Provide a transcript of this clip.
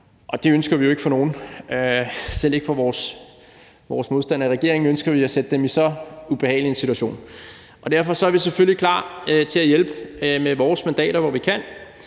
vi ønsker jo ikke for nogen – selv ikke for vores modstandere i regeringen – at de bliver sat i så ubehagelig en situation. Og derfor er vi selvfølgelig klar til at hjælpe med vores mandater, hvor vi kan,